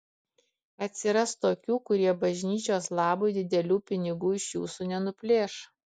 atsiras tokių kurie bažnyčios labui didelių pinigų iš jūsų nenuplėš